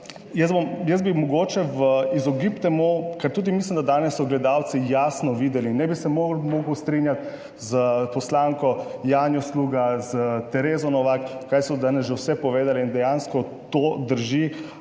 Jaz bi mogoče v izogib temu, kar tudi mislim, da danes so gledalci jasno videli, ne bi se mogel strinjati s poslanko Janjo Sluga, s Terezo Novak, kaj so danes že vse povedali in dejansko to drži,